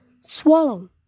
Swallow